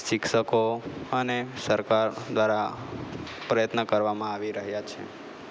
શિક્ષકો અને સરકાર દ્વારા પ્રયત્ન કરવામાં આવી રહ્યા છે